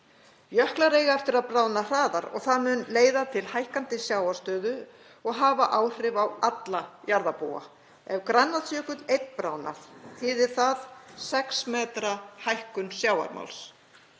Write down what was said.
Jöklar eiga eftir að bráðna hraðar og það mun leiða til hækkandi sjávarstöðu og hafa áhrif á alla jarðarbúa. Ef Grænlandsjökull einn bráðnar þýðir það 6 metra hækkun sjávarmáls.